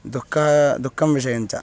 दुःखः दुःखः विषयश्च